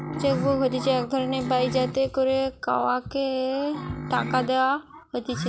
check book হতিছে এক ধরণের বই যাতে করে কাওকে টাকা দেওয়া হতিছে